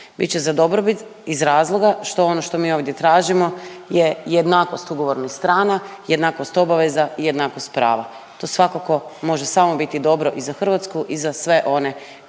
Bit će za dobrobit iz razloga što ono što mi ovdje tražimo je jednakost ugovornih strana, jednakost obaveza i jednakost prava, to svakako može samo biti dobro i za Hrvatsku i za sve one